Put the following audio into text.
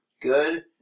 Good